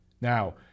Now